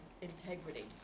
integrity